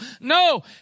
No